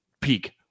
peak